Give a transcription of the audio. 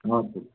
हजुर